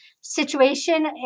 situation